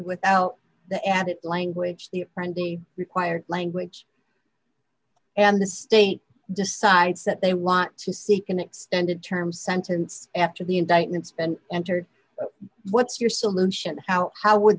without the added language the friend be required language and the state decides that they want to seek an extended term sentence after the indictments been entered what's your solution how how would